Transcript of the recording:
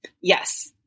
Yes